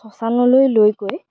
শ্মশানলৈ লৈ গৈ